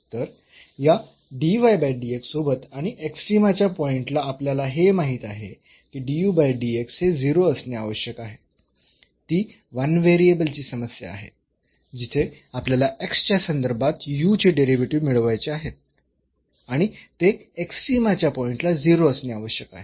तर या सोबत आणि एक्स्ट्रीमाच्या पॉईंट ला आपल्याला हे माहित आहे की हे 0 असणे आवश्यक आहे ती 1 व्हेरिएबल ची समस्या आहे जिथे आपल्याला च्या संदर्भात चे डेरिव्हेटिव्ह मिळवायचे आहे आणि ते एक्स्ट्रीमा च्या पॉईंट ला 0 असणे आवश्यक आहे